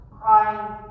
crying